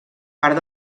part